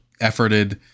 efforted